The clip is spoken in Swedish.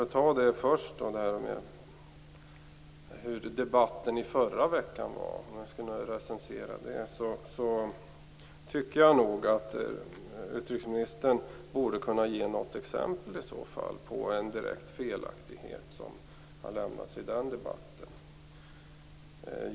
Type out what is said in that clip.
Om jag skall recensera förra veckans debatt så tycker jag nog att utrikesministern borde kunna ge något exempel på en direkt felaktighet som lämnats vid den debatten.